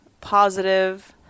positive